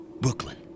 Brooklyn